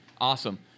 Awesome